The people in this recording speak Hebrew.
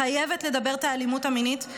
חייבת לדבר את האלימות המינית,